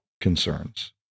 concerns